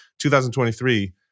2023